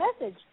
message